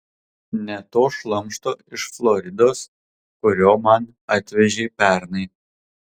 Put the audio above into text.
ne to šlamšto iš floridos kurio man atvežei pernai